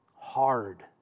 hard